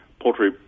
poultry